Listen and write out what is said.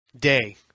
day